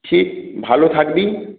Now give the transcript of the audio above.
ঠিক ভালো থাকবি